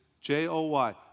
J-O-Y